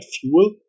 fuel